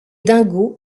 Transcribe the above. dingo